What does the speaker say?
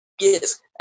Yes